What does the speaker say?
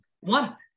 one